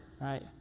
right